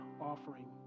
offering